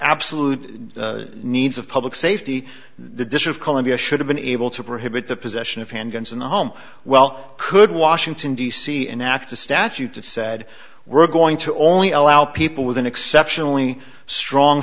absolute needs of public safety the dish of columbia should have been able to prohibit the possession of handguns in the home well could washington d c enact a statute that said we're going to only allow people with an exceptionally strong